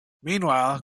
meanwhile